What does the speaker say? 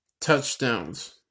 Touchdowns